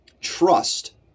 trust